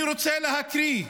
אני רוצה להקריא.